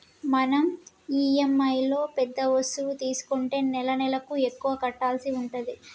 మనం ఇఎమ్ఐలో పెద్ద వస్తువు తీసుకుంటే నెలనెలకు ఎక్కువ కట్టాల్సి ఉంటది